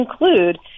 include